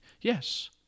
Yes